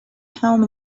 home